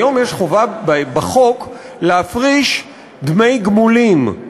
היום יש חובה בחוק להפריש דמי גמולים,